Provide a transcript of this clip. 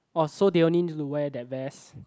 oh so they only need to wear that vest